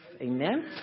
Amen